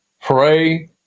pray